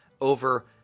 over